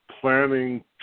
planning